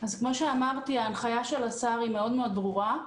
כמו שאמרתי, הנחיית השר מאוד מאוד ברורה.